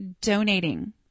donating